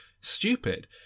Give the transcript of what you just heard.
stupid